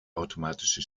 automatische